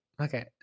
okay